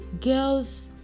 girls